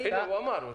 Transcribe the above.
הוא אמר.